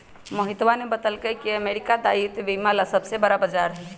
मोहितवा ने बतल कई की अमेरिका दायित्व बीमा ला सबसे बड़ा बाजार हई